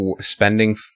spending